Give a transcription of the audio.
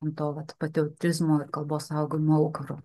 ant to vat patriotizmo kalbos saugojimo aukuro